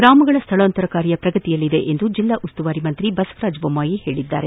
ಗ್ರಾಮಗಳ ಸ್ಥಳಾಂತರ ಕಾರ್ಯ ಪ್ರಗತಿಯಲ್ಲಿದೆ ಎಂದು ಜಿಲ್ಲಾ ಉಸ್ತುವಾರಿ ಸಚಿವ ಬಸವರಾಜ ಬೊಮ್ಯಾಯಿ ತಿಳಿಸಿದ್ದಾರೆ